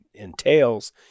entails